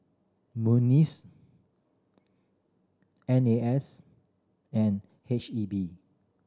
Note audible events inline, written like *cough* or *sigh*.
*unintelligible* N A S and H E B